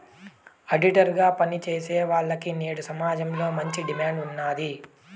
auditor గా పని చేసేవాల్లకి నేడు సమాజంలో మంచి డిమాండ్ ఉన్నాది